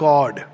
God